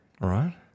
right